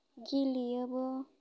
गेलेयोबो